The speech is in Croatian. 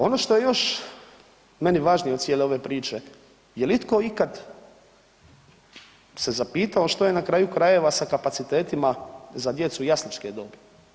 Ono što je još meni važnije od cijele ove priče, je li itko ikad se zapitao što je na kraju krajeva sa kapacitetima za djecu jasličke dobi?